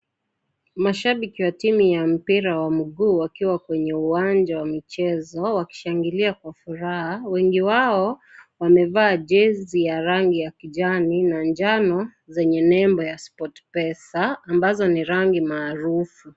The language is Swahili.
Mashabiki wa timu ya mpira wa muguu wakiwa kwenye uwanja wa mchezo wakishangilia kwa furaa, wengi wao wanevaa chezi ya rangi ya kijani na njano zenye nembo ya (CS)spotpesa(CS)ambazo ni rangi marufu.